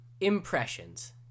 impressions